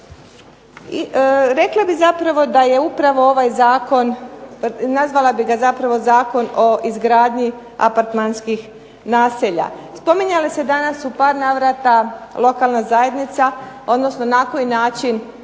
golf igrališta i drugih namjena. Nazvala bih ovaj zakon o izgradnji apartmanskih naselja. Spominjale su se danas u par navrata lokalna zajednica, odnosno na koji način